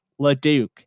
LaDuke